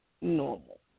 normal